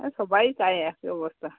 হ্যা সবাই তাই এখন এক অবস্থা